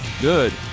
good